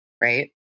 Right